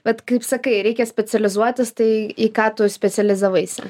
vat kaip sakai reikia specializuotis tai į ką tu specializavaisi